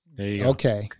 Okay